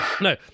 No